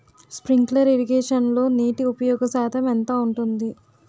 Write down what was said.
Sprinkler ఇరగేషన్లో నీటి ఉపయోగ శాతం ఎంత ఉంటుంది?